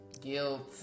Guilty